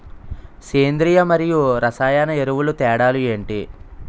సేంద్రీయ మరియు రసాయన ఎరువుల తేడా లు ఏంటి?